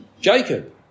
Jacob